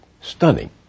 Stunning